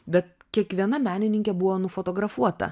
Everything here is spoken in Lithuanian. bet kiekviena menininkė buvo nufotografuota